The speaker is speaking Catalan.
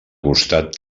costat